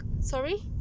Sorry